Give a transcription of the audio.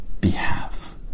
behalf